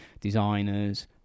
designers